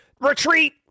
Retreat